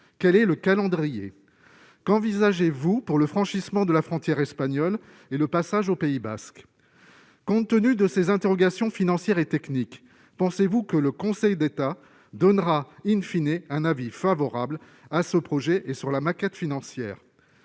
quel est le calendrier qu'envisagez-vous pour le franchissement de la frontière espagnole et le passage au Pays basque, compte tenu de ces interrogations financières et techniques, pensez-vous que le Conseil d'État donnera in fine et un avis favorable à ce projet et sur la maquette financière: